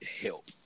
help